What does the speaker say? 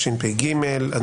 בוקר טוב,